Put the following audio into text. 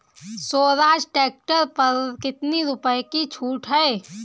Swaraj tractor पर कितनी रुपये की छूट है?